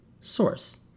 source